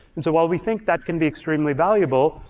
and so while we think that can be extremely valuable,